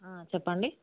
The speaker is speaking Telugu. చెప్పండి